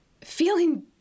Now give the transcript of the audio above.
feeling